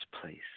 place